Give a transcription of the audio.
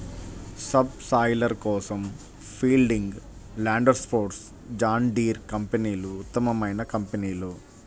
sub soiler కోసం Fieldking, Landforce, John Deere కంపెనీలు ఉత్తమమైన కంపెనీలు